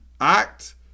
act